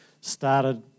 started